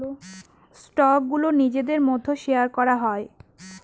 স্টকগুলো নিজেদের মধ্যে শেয়ার করা হয়